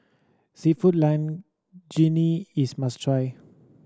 Seafood Linguine is a must try